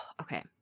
Okay